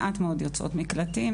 מעט מאוד יוצאות מקלטים